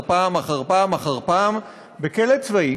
פעם אחר פעם אחר פעם אחר פעם בכלא צבאי